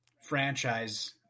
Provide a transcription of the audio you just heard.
Franchise